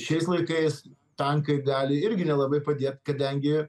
šiais laikais tankai gali irgi nelabai padėt kadangi